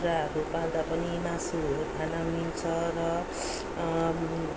कुखुराहरू पाल्दा पनि मासुहरू खान मिल्छ र